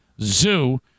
Zoo